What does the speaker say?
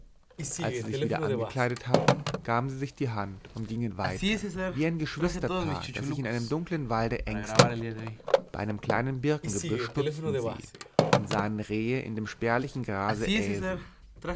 als sie sich wieder angekleidet hatten gaben sie sich die hand und gingen weiter wie ein geschwisterpaar das sich in einem dunklen walde ängstigt bei einem kleinen birkengebüsch stutzten sie und sahen rehe in dem spärlichen grase